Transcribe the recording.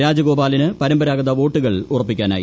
രാജഗോപാലിന് പരമ്പരാഗത വോട്ടുകൾ ഉറപ്പിക്കാനായി